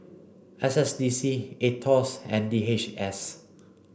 S S D C AETOS and D H S